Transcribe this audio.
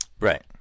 right